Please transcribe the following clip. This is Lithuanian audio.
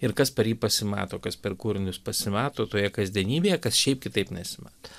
ir kas per jį pasimato kas per kūrinius pasimato toje kasdienybėje kas šiaip kitaip nesimato